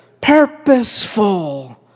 purposeful